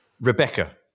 Rebecca